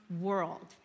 world